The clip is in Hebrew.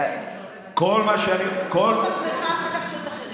קשוט עצמך ואל תקשוט אחרים.